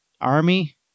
army